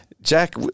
Jack